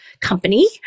company